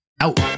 out